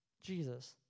Jesus